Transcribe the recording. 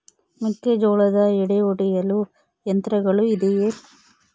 ಮೆಕ್ಕೆಜೋಳದ ಎಡೆ ಒಡೆಯಲು ಯಂತ್ರಗಳು ಇದೆಯೆ?